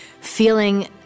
feeling